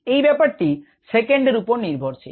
এই ব্যাপারটি সেকেন্ড উপর নির্ভরশীল